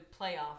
playoff